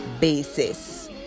basis